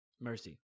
Mercy